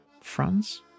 France